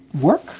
work